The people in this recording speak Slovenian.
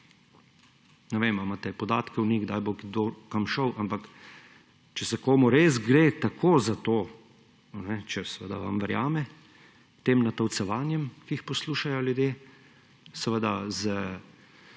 Ne vem, ali imate podatke o njih, kdaj bo kdo kam šel, ampak če se komu res gre tako za to, če vam verjame, tem natolcevanjem, ki jih poslušajo ljudje, seveda z